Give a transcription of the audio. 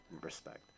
respect